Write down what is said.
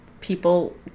people